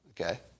Okay